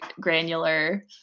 granular